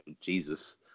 Jesus